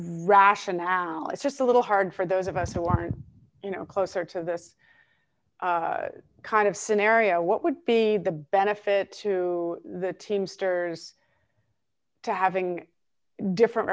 rationale it's just a little hard for those of us who want you know closer to this kind of scenario what would be the benefit to the teamsters to having different